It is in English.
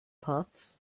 parts